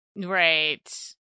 Right